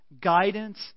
guidance